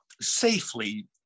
safely